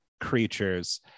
creatures